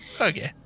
Okay